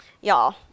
y'all